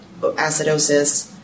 acidosis